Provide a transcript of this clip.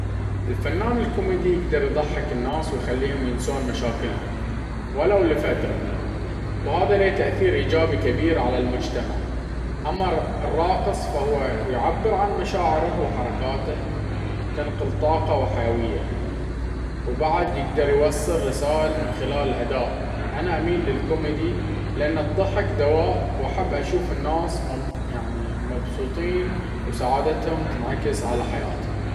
الفنان الكوميدي يقدر يضحك الناس ويخليهم ينسون مشاكلهم ولو لفترة، وهذا له تأثير إيجابي كبير على المجتمع. أما الراقص، فهو يعبر عن مشاعره وحركاته تنقل طاقة وحيوية، وكمان يقدر يوصل رسائل من خلال الأداء. أنا أميل للكوميدي، لأنه الضحك دواء، وأحب أشوف الناس مبسوطين وسعادتهم تنعكس على حياتهم.